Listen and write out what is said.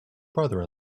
brother